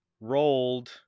rolled